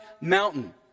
mountain